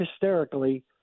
hysterically